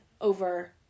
over